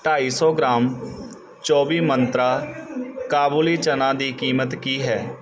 ਢਾਈ ਸੌ ਗ੍ਰਾਮ ਚੌਵੀ ਮੰਤਰਾ ਕਾਬੁਲੀ ਚਨਾ ਦੀ ਕੀਮਤ ਕੀ ਹੈ